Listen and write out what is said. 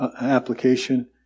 application